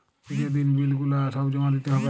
যে দিন বিল গুলা সব জমা দিতে হ্যবে